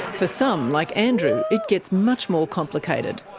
for some, like andrew, it gets much more complicated.